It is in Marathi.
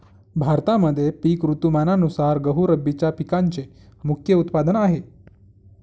भारतामध्ये पिक ऋतुमानानुसार गहू रब्बीच्या पिकांचे मुख्य उत्पादन आहे